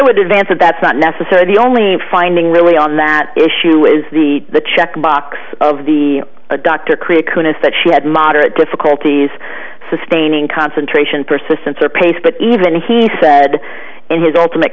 would advance and that's not necessarily the only finding really on that issue is the the checkbox of the doctor create coonass that she had moderate difficulties sustaining concentration persistence or pace but even he said in his ultimate